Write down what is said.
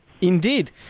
indeed